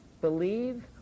Believe